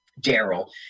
Daryl